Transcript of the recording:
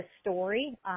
story